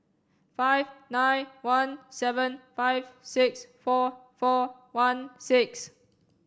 five nine one seven five six four four one six